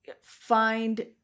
find